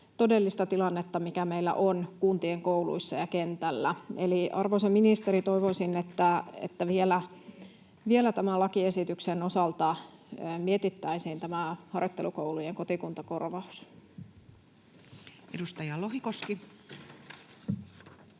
todellista tilannetta, mikä meillä on kuntien kouluissa ja kentällä. Eli, arvoisa ministeri, toivoisin, että vielä tämän lakiesityksen osalta mietittäisiin tämä harjoittelukoulujen kotikuntakorvaus. Edustaja Lohikoski.